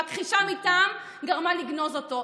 מכחישה מטעם גרמה לגניזה שלו.